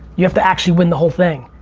you have to actually win the whole thing.